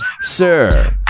Sir